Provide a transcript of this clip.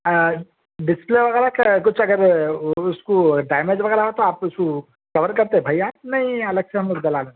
ڈسپل ے وغیرہ کا کچھ اگر اس کو ڈیمیج وغیرہ ہوتا آپ اس کو کور کرتے بھائی آپ نہیں الگ سے ہم لوگ ڈلا لیں